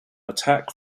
attack